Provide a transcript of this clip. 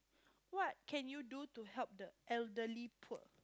what can you do to help the elderly poor